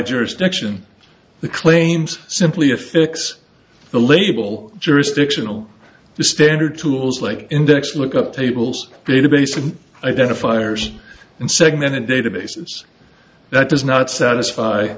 jurisdiction the claims simply affix the label jurisdictional the standard tools like indexed look up tables databases identifiers and segmented databases that does not satisfy